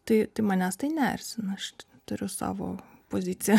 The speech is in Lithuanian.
tai manęs tai neerzina aš turiu savo poziciją